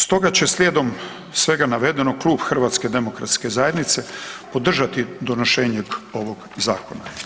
Stoga će slijedom svega navedenoga, Klub HDZ-a podržati donošenje ovog zakona.